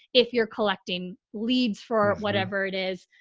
if you're collecting leads for whatever it is.